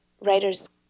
writers